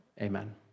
amen